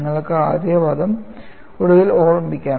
നിങ്ങൾക്ക് ആദ്യ പദം ഒടുവിൽ ഓർമ്മിക്കാം